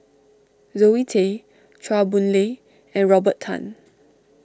Zoe Tay Chua Boon Lay and Robert Tan